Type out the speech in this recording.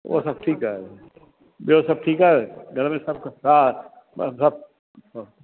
उहो सभु ठीक आहे ॿियो सभु ठीकु आहे घर में सभु हा म सभु